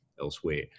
elsewhere